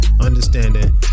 understanding